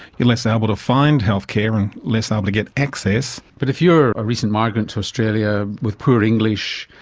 you are less able to find healthcare and less able to get access. but if you are a recent migrant to australia with poor english,